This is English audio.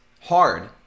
hard